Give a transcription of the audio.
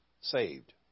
saved